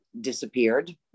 disappeared